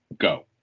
go